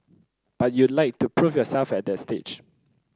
but you'd like to prove yourself at that stage